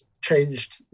changed